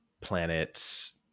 planets